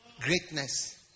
Greatness